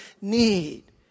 need